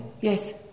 yes